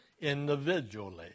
individually